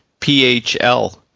PHL